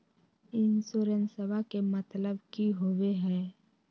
इंसोरेंसेबा के मतलब की होवे है?